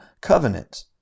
covenant